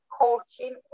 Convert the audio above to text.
coaching